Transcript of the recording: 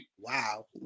Wow